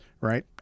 right